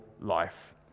life